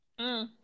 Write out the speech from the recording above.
-hmm